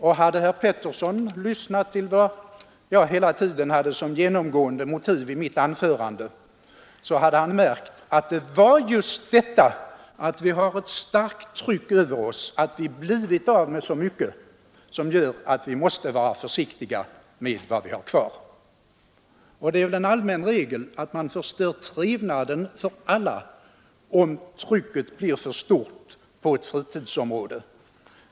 Och om herr Pettersson lyssnat till vad jag hela tiden hade som genomgående motiv i mitt anförande skulle han ha märkt att det var just detta: vi har blivit av med så mycket och vi har ett så starkt tryck över oss, att vi måste vara försiktiga med vad vi har kvar. Det är väl en allmän erfarenhet att man förstör trevnaden för alla om påfrestningarna blir för stora på ett fritidsområde.